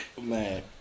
Man